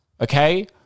okay